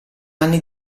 anni